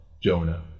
Jonah